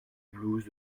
blouse